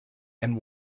and